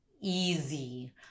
easy